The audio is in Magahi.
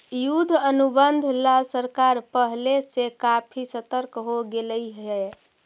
युद्ध अनुबंध ला सरकार पहले से काफी सतर्क हो गेलई हे